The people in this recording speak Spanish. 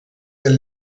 del